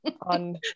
on